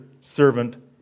servant